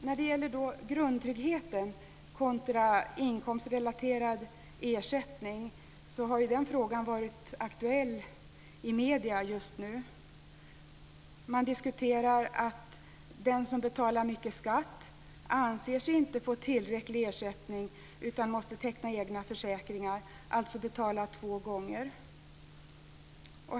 När det gäller grundtrygghet kontra inkomstrelaterad ersättning kan jag säga att den frågan är aktuell i medierna just nu. Man diskuterar att den som betalar mycket skatt inte anser sig få tillräcklig ersättning utan måste teckna egna försäkringar, alltså betala två gånger.